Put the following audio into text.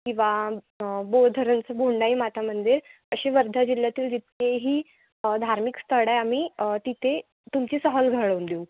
किंवा बोधरनचं बुंडाई माता मंदिर असे वर्धा जिल्ह्यातील जितकेही धार्मिक स्थळ आहे आम्ही तिथे तुमची सहल घडवून देऊ